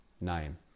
name